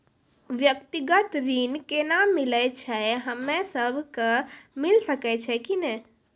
व्यक्तिगत ऋण केना मिलै छै, हम्मे सब कऽ मिल सकै छै कि नै?